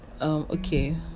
okay